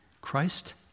Christ